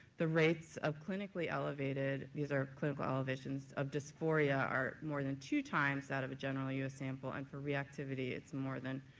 the rates of clinically elevated these are clinical elevations of dysphoria are more than two times out of a general u s. sample and for reactivity, it's more than